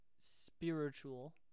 spiritual